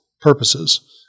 purposes